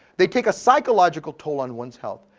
they take a psychological toll on one's health.